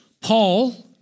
Paul